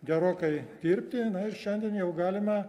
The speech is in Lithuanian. gerokai dirbti na ir šiandien jau galime